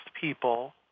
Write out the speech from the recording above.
people